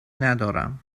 ندارم